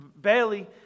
Bailey